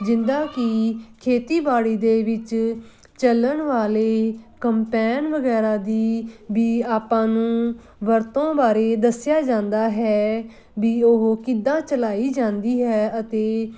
ਜਿੱਦਾਂ ਕਿ ਖੇਤੀਬਾੜੀ ਦੇ ਵਿੱਚ ਚਲਣ ਵਾਲੇ ਕੰਬੈਨ ਵਗੈਰਾ ਦੀ ਵੀ ਆਪਾਂ ਨੂੰ ਵਰਤੋਂ ਬਾਰੇ ਦੱਸਿਆ ਜਾਂਦਾ ਹੈ ਵੀ ਉਹ ਕਿੱਦਾਂ ਚਲਾਈ ਜਾਂਦੀ ਹੈ ਅਤੇ